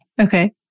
Okay